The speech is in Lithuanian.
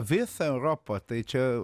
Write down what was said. visa europa tai čia